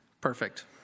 Perfect